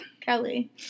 Kelly